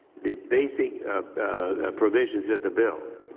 the basic provisions of the bill.